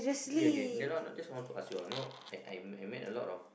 okay okay no no just want to ask you ah you know I I I met a lot of